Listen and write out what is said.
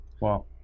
Wow